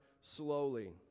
slowly